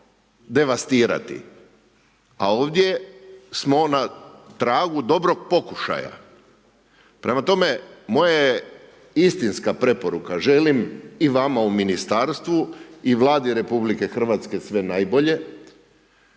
devastirati. A ovdje smo na tragu dobrog pokušaja. Prema tome moja je istinska preporuka, želim i vama u ministarstvu i Vladi RH sve najbolje,